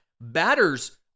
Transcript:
batters